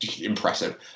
impressive